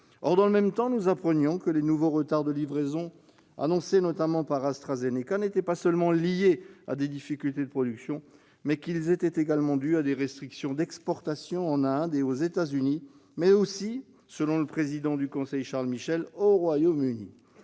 Or, dans le même temps, nous apprenions que les nouveaux retards de livraison annoncés par AstraZeneca n'étaient pas seulement liés à des difficultés de production, mais aussi à des restrictions d'exportation en Inde, aux États-Unis et, selon le président du Conseil, Charles Michel, au Royaume-Uni.